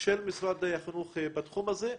של משרד החינוך בתחום הזה.